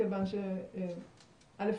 כיוון ש-א',